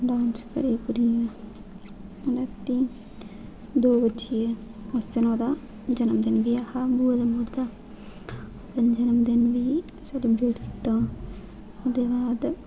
dance करी करी रातीं दो बज्जिये उस दिन ओह्दा जनम दिन बी ऐहा बूआ दे मुड़े दा जन्म दिन बी सेलिब्रेट कीता ओह्दे बाद